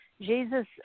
Jesus